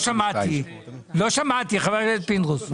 לא שמעתי, חבר הכנסת פינדרוס.